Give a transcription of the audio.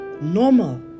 normal